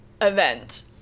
Event